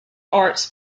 arts